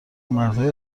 مردهای